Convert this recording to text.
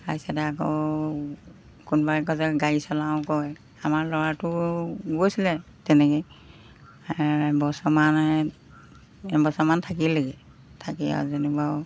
তাৰপিছতে আকৌ কোনোবাই কয় যে গাড়ী চলাওঁ কয় আমাৰ ল'ৰাটো গৈছিলে তেনেকেই বছৰমান এবছৰমান থাকিলেগৈ থাকি আৰু যেনে ৱাৰু